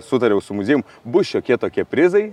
sutariau su muziejum bus šiokie tokie prizai